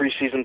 preseason